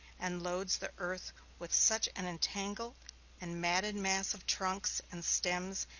and loads the earth with such an entangled and matted mass of trunks, and stems,